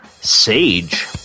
Sage